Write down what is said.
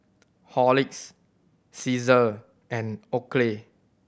Horlicks Cesar and Oakley